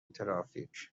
ترافیک